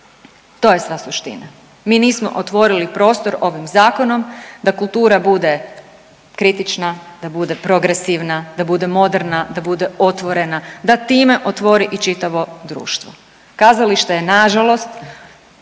to je sva suština. Mi nismo otvorili prostor ovim zakonom da kultura bude kritična, da bude progresivna, da bude moderna, da bude otvorena, da time otvori i čitavo društvo. Kazalište je nažalost